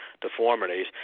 deformities